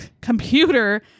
computer